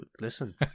listen